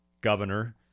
Governor